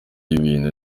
y’ibintu